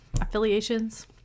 affiliations